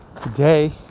Today